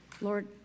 Lord